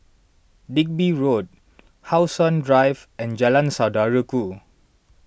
Digby Road How Sun Drive and Jalan Saudara Ku